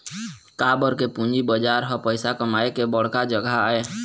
काबर के पूंजी बजार ह पइसा कमाए के बड़का जघा आय